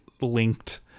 linked